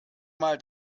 mal